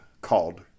called